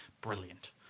Brilliant